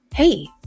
Hey